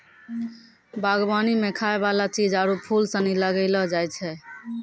बागवानी मे खाय वाला चीज आरु फूल सनी लगैलो जाय छै